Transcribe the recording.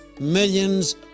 Millions